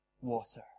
water